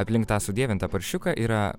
aplink tą sudievintą paršiuką yra